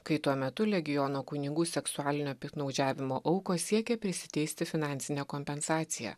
kai tuo metu legiono kunigų seksualinio piktnaudžiavimo aukos siekė prisiteisti finansinę kompensaciją